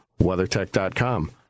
WeatherTech.com